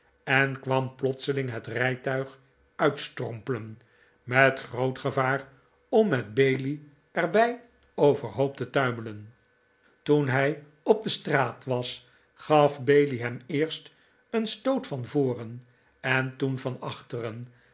en kwam plotseling het rijtuig uitstommelen met groot gevaar om met bailey er bij overhoop te tuimelen toen hij op de straat was gaf bailey hem eerst een stoot van voren en toen van achteren